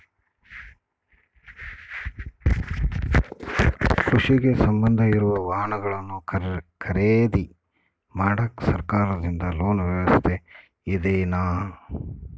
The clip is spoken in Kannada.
ಕೃಷಿಗೆ ಸಂಬಂಧ ಇರೊ ವಾಹನಗಳನ್ನು ಖರೇದಿ ಮಾಡಾಕ ಸರಕಾರದಿಂದ ಲೋನ್ ವ್ಯವಸ್ಥೆ ಇದೆನಾ?